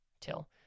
till